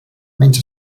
menys